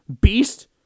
beast